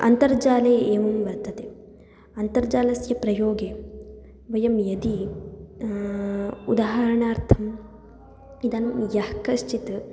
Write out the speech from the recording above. अन्तर्जाले एवं वर्तते अन्तर्जालस्य प्रयोगे वयं यदि उदाहरणार्थम् इदं यः कश्चित्